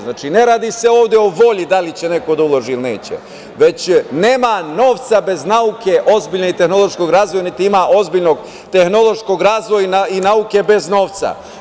Znači, ne radi se ovde o volji da li će neko da uložili ili neće, već nema novca bez nauke, ozbiljnog tehnološkog razvoja, niti ima ozbiljnog tehnološkog razvoja i nauke bez novca.